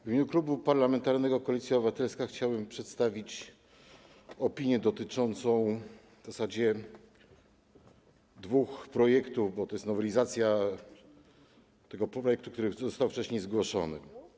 W imieniu Klubu Parlamentarnego Koalicja Obywatelska chciałbym przedstawić opinię dotyczącą w zasadzie dwóch projektów, bo to jest nowelizacja tego projektu, który został wcześniej zgłoszony.